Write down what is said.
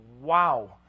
wow